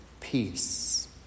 peace